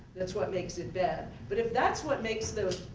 that's what makes it bad. but if that's what makes the